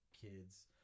kids